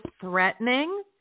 threatening